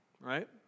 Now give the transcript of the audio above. right